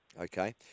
Okay